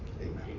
amen